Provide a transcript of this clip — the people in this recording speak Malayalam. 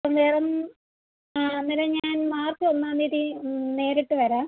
അന്നേരം ആ അന്നേരം ഞാൻ മാർച്ച് ഒന്നാം തീയതി നേരിട്ട് വരാം